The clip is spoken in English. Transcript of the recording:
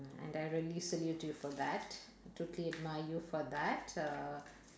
and I really salute you for that totally admire you for that uh